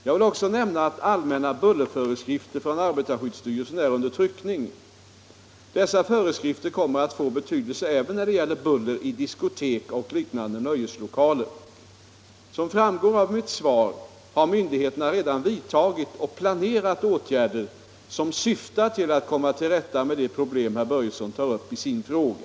Jag vill också nämna att allmänna bullerföreskrifter från arbetarskyddsstyrelsen är under tryckning. Dessa föreskrifter kommer att få betydelse även när det gäller buller i diskotek och liknande nöjeslokaler. Som framgår av mitt svar har myndigheterna redan vidtagit och planerat åtgärder som syftar till att komma till rätta med de problem herr Börjesson tar upp i sin fråga.